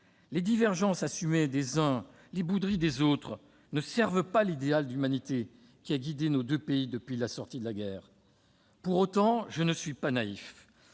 Les divergences assumées des uns, les bouderies des autres, ne servent pas l'idéal d'humanité qui a guidé nos deux pays depuis la sortie de la guerre. Je ne suis pas naïf